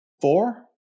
four